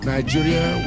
Nigeria